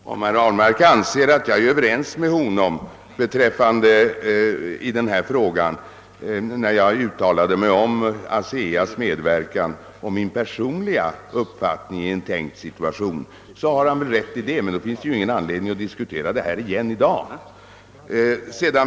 Herr talman! Herr Ahlmark anser att jag var överens med honom i denna fråga när jag uttalade min personliga uppfattning om ASEA:s medverkan i en tänkt situation, och han har väl rätt i det. Men då finns det ingen anledning att diskutera saken i dag igen.